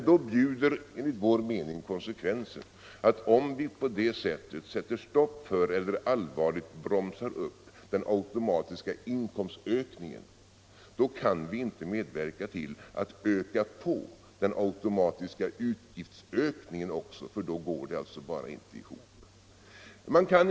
Då bjuder enligt vår mening konsekvensen, att om vi på det sättet sätter stopp för eller allvarligt bromsar upp den automatiska inkomstökningen, kan vi inte medverka till att höja den automatiska utgiftsökningen också, för då går det bara inte ihop.